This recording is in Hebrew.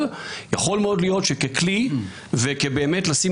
אבל יכול מאוד להיות שכלי ובאמת לשים